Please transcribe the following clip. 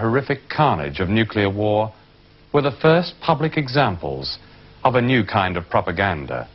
horrific carnage of nuclear war with the first public examples of a new kind of propaganda